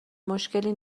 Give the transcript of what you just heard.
مشکلی